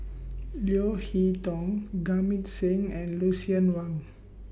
Leo Hee Tong Jamit Singh and Lucien Wang